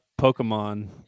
Pokemon